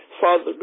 Father